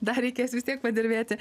dar reikės vis tiek padirbėti